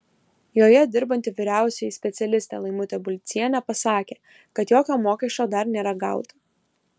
joje dirbanti vyriausioji specialistė laimutė bulcienė pasakė kad jokio mokesčio dar nėra gauta